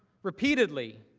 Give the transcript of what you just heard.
repeatedly,